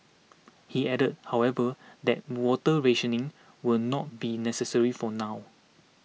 he added however that water rationing will not be necessary for now